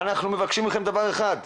אנחנו מבקשים מכם דבר אחד,